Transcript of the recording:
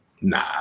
Nah